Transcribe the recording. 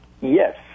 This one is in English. Yes